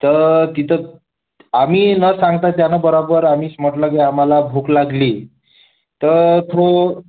तर तिथं आम्ही न सांगता त्यानं बरोबर आमीश् म्हटलं की आम्हाला भूक लागली तर तो